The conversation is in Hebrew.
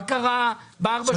מה קרה בארבע שנים?